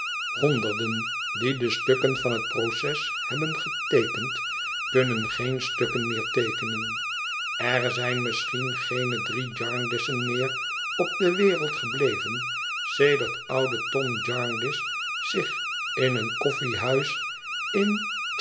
honderden die de stukken van het proces hebben geteekend kunnen geen stukken meer teekenen er zijn misschien geene drie jarndycen meer op de wereld gebleven sedert oude tom jarndyce zich in een koffiehuis in